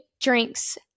drinks